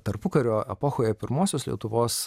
tarpukario epochoje pirmosios lietuvos